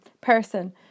person